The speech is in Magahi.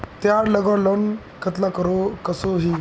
तेहार लगवार लोन कतला कसोही?